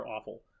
awful